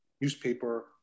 newspaper